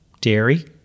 dairy